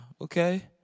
Okay